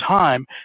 time